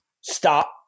stop